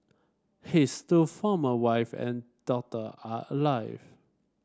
his two former wife and daughter are alive